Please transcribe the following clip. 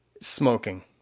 smoking